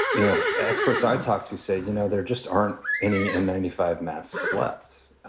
you know, experts i've talked to say, you know, there just aren't any. and ninety five mass slept,